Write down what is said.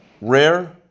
rare